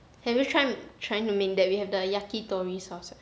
have you tried trying to make that we have the yakitori sauce